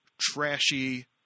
trashy